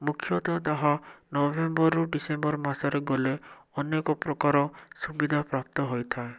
ମୁଖ୍ୟତଃ ତାହା ନଭେମ୍ବରରୁ ଡିସେମ୍ବର ମାସରେ ଗଲେ ଅନେକ ପ୍ରକାର ସୁବିଧା ପ୍ରାପ୍ତ ହୋଇଥାଏ